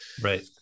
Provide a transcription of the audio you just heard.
Right